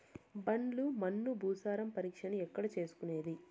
ఒండ్రు మన్ను భూసారం పరీక్షను ఎక్కడ చేసుకునేది?